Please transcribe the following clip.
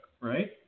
right